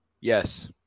Yes